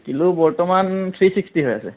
kilo বৰ্তমান three sixty হৈ আছে